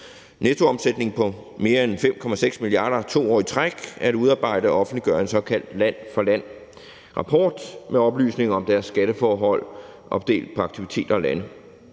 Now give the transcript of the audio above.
nettoomsætning på mere end 5,6 mia. kr. 2 år i træk, at udarbejde og offentliggøre en såkaldt land for land-rapport med oplysninger om deres skatteforhold opdelt på aktiviteter og lande.